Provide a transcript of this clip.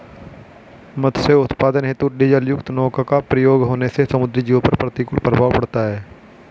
मत्स्य उत्पादन हेतु डीजलयुक्त नौका का प्रयोग होने से समुद्री जीवों पर प्रतिकूल प्रभाव पड़ता है